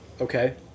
Okay